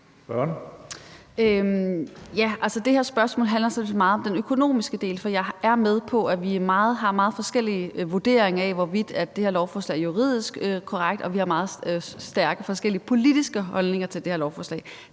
det her spørgsmål handler sådan set meget om den økonomiske del, for jeg er med på, at vi har meget forskellige vurderinger af, hvorvidt det her lovforslag juridisk er korrekt, og at vi har meget stærke forskellige politiske holdninger til det her lovforslag.